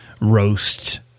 roast